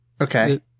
Okay